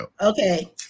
Okay